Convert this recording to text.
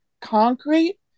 concrete